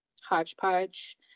hodgepodge